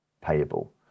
payable